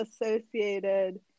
associated